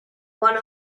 one